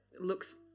looks